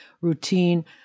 routine